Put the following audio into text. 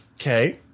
Okay